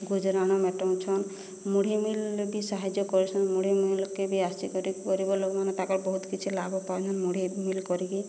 ଗୁଜୁରାଣ ମେଣ୍ଟଉଛନ୍ ମୁଢ଼ି ମିଲ୍ କି ସାହାଯ୍ୟ କରିଛନ୍ ମୁଢ଼ି ମିଲ୍ କେ ବି ଆସିକରି ଗରୀବ ଲୋକମାନେ ତାକର୍ ବହୁତ୍ କିଛି ଲାଭ ପାଉଛନ୍ ମୁଢ଼ି ମିଲ୍ କରିକି